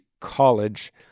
college